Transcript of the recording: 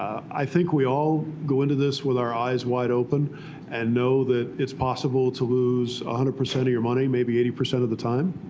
i think we all go into this with our eyes wide open and know that it's possible to lose one ah hundred percent of your money maybe eighty percent of the time.